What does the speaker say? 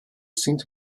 sind